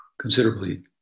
considerably